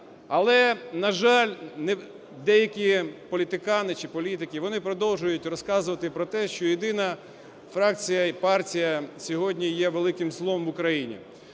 Але, на жаль, деякі політикани чи політики, вони продовжують розказувати про те, що єдина фракція і партія сьогодні є великим злом в Україні.